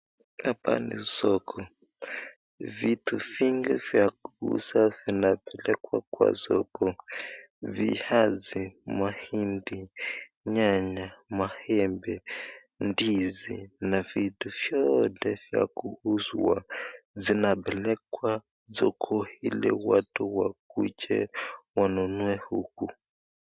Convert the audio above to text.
Hapa ni soko, vitu vingi vya kuuzwa vinapelekwa kwa soko, viazi, mahindi, nyanya, maembe, ndizi na vitu vyote vya kuuza zinapelekwa soko ili watu wakuje wanunue huku.